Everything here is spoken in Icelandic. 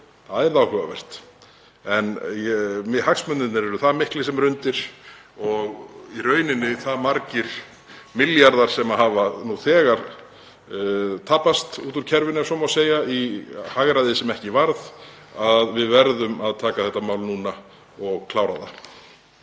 það væri áhugavert. En hagsmunirnir eru það miklir sem eru undir og í rauninni hafa það margir milljarðar nú þegar tapast út úr kerfinu, ef svo má segja, í hagræði sem ekki varð, að við verðum að taka þetta mál núna og klára það.